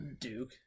Duke